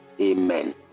Amen